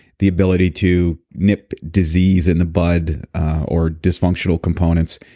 the ability to nip disease in the bud or dysfunctional components.